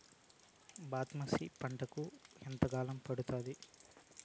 బాస్మతి పంటకు ఎంత కాలం పడుతుంది?